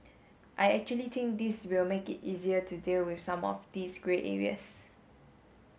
I actually think this will make it easier to deal with some of these grey areas